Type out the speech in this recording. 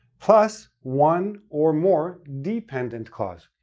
plus one or more dependent clause.